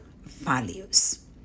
values